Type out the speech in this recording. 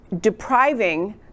depriving